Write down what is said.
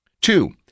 Two